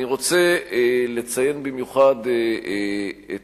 אני רוצה לציין במיוחד את